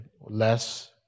less